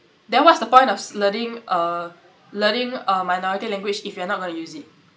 then what's the point of s~ learning uh learning a minority language if you are not gonna use it